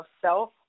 self